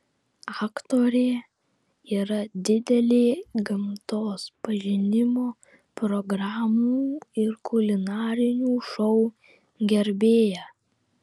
aktorė yra didelė gamtos pažinimo programų ir kulinarinių šou gerbėja